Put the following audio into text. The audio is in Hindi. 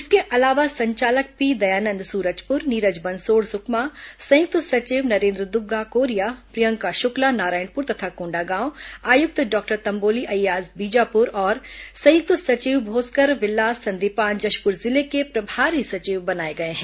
इसके अलावा संचालक पी दयानंद सूरजपुर नीरज बंसोड सुकमा संयुक्त सचिव नरेन्द्र दुग्गा कोरिया प्रियंका शुक्ला नारायणपुर तथा कोण्डागांव आयुक्त डॉक्टर तंबोली अय्याज बीजापुर और संयुक्त सचिव भोस्कर विलास संदीपान जशपुर जिले के प्रभारी सचिव बनाए गए हैं